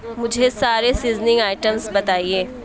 مجھے سارے seasoning items بتائیے